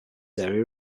area